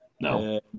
No